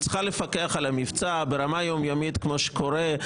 היא צריכה לפקח על המבצע ברמה יום יומית כמו שקורה.